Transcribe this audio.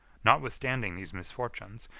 notwithstanding these misfortunes,